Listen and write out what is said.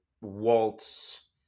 waltz